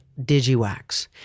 DigiWax